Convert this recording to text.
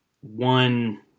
one